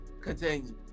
continue